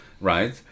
right